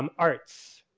um arts,